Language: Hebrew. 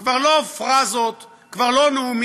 כבר לא פראזות, כבר לא נאומים,